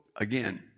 again